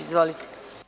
Izvolite.